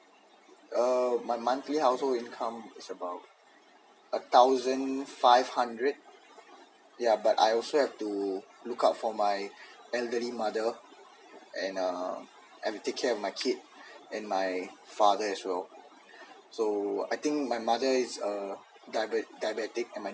uh my monthly household income is about a thousand five hundred yeah but I also have to look out for my elderly mother and uh I've to take care of my kid and my father as well so I think my mother is a diabetic and my